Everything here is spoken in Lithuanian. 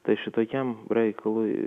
tai šitokiam reikalui